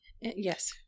Yes